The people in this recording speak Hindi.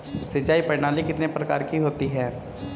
सिंचाई प्रणाली कितने प्रकार की होती हैं?